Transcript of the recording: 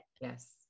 Yes